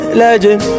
legend